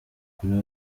kuri